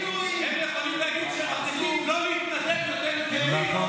ההבדל הוא שהם יכולים להגיד שהם מחליטים לא להתנדב יותר.